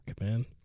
man